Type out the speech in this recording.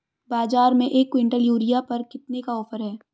बाज़ार में एक किवंटल यूरिया पर कितने का ऑफ़र है?